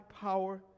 power